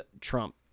trump